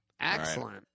Excellent